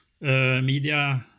media